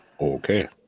Okay